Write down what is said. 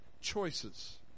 choices